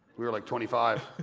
we were like twenty five,